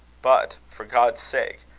but, for god's sake!